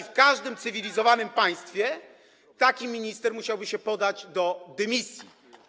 W każdym cywilizowanym państwie taki minister musiałby się podać do dymisji.